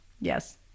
yes